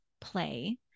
play